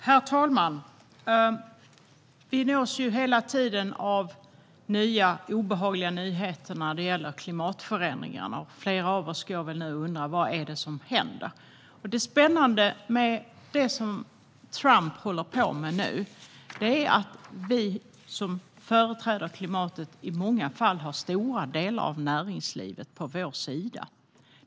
Herr talman! Vi nås hela tiden av nya obehagliga nyheter när det gäller klimatförändringarna. Flera av oss undrar nu vad som händer. Det spännande med vad Trump håller på med nu är att vi som företräder klimatet i många fall har stora delar av näringslivet på vår sida.